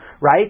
Right